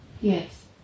Yes